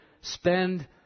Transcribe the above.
spend